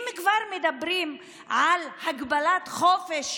אם כבר מדברים על הגבלת חופש